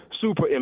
super